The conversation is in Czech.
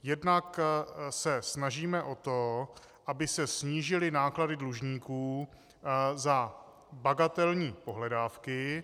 Jednak se snažíme o to, aby se snížily náklady dlužníků za bagatelní pohledávky.